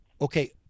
okay